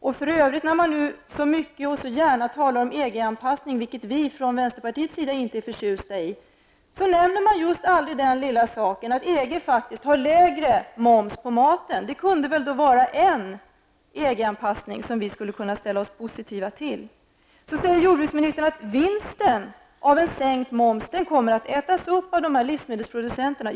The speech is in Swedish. Och för övrigt: När man nu så mycket och så gärna talar om EG-anpassning, vilket vi från vänsterpartiets sida inte är förtjusta i, nämner man aldrig den lilla saken att EG har lägre moms på maten. Det kunde väl vara en EG-anpassning som vi skulle kunna ställa oss positiva till. Så säger jordbruksministern att vinsten av en sänkt moms kommer att ätas upp av livsmedelsproducenterna.